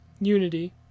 Unity